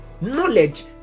Knowledge